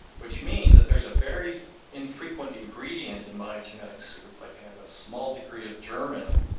which means that there's a very infrequent ingredient in my genetic soup, like i have a small degree of german,